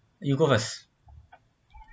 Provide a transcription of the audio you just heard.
you go first